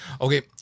Okay